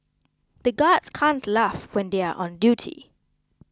the guards can't laugh when they are on duty